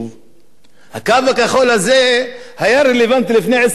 הקו הכחול הזה היה רלוונטי לפני 22 שנה,